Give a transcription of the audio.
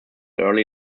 early